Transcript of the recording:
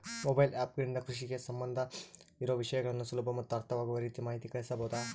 Mobile app ಗಳಿಂದ ಕೃಷಿಗೆ ಸಂಬಂಧ ಇರೊ ವಿಷಯಗಳನ್ನು ಸುಲಭ ಮತ್ತು ಅರ್ಥವಾಗುವ ರೇತಿ ಮಾಹಿತಿ ಕಳಿಸಬಹುದಾ?